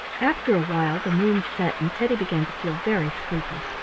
after a while the moon set and teddy began to feel very sleepy.